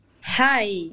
Hi